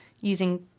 using